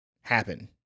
happen